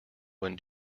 when